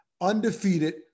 undefeated